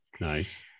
Nice